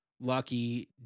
lucky